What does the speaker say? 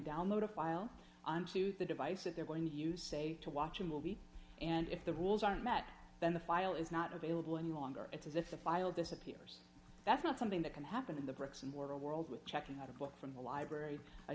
download a file onto the device that they're going to use a to watch a movie and if the rules aren't met then the file is not available in the longer it's as if the file disappears that's not something that can happen in the bricks and mortar world with checking out a book from the library a